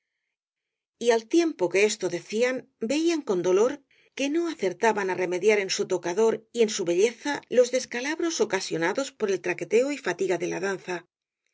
y al tiempo que esto decían veían con dolor que no acertaban á remediar en su tocador y en su belleza los descalabros ocasionados por el traqueteo y fatiga de la danza